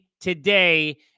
today